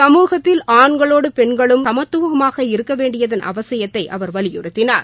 சமூகத்தில் ஆண்களோடு பெண்களும் சமத்துவமாக இருக்கவேண்டியதன் அவசியத்தை அவர் வலியுறுத்தினார்